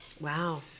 Wow